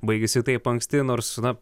baigėsi taip anksti nors na